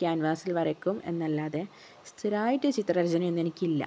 ക്യാൻവാസിൽ വരയ്ക്കും എന്നല്ലാതെ സ്ഥിരമായിട്ട് ചിത്ര രചന ഒന്നും എനിക്ക് ഇല്ല